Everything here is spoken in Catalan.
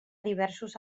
diversos